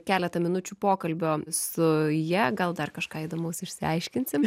keletą minučių pokalbio su ja gal dar kažką įdomaus išsiaiškinsim